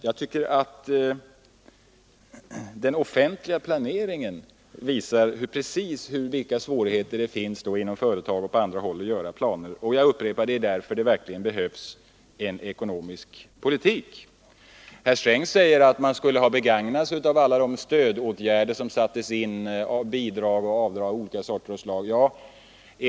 Jag tycker att den offentliga planeringen visar hur svårt det är att göra upp planer inom företag och på andra håll, och jag upprepar: Det är därför det verkligen behövs en ekonomisk politik. Herr Sträng säger att företagen borde ha utnyttjat alla de stödåtgärder som sattes in — bidrag och avdrag av olika sorter och slag.